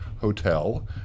hotel